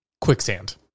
quicksand